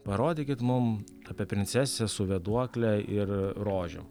parodykit mum apie princesę su vėduokle ir rožių